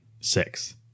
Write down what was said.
six